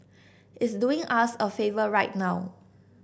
it's doing us a favour right now